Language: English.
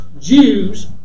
Jews